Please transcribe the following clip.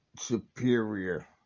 Superior